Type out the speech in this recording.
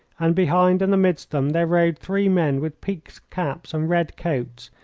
and behind and amidst them there rode three men with peaked caps and red coats,